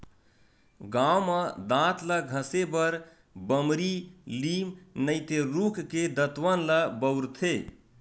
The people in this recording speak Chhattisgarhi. गाँव म दांत ल घसे बर बमरी, लीम नइते रूख के दतवन ल बउरथे